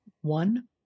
One